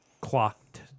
clocked